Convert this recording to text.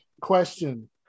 Question